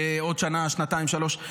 עוד שנה, שנתיים, שלוש.